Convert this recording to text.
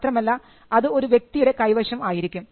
മാത്രമല്ല അത് ഒരു വ്യക്തിയുടെ കൈവശം ആയിരിക്കും